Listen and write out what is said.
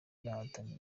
guhatanira